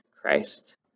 Christ